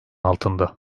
altında